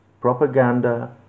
propaganda